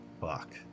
Fuck